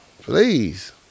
Please